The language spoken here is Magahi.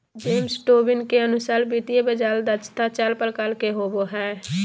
जेम्स टोबीन के अनुसार वित्तीय बाजार दक्षता चार प्रकार के होवो हय